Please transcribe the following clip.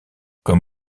comme